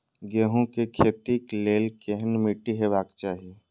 गेहूं के खेतीक लेल केहन मीट्टी हेबाक चाही?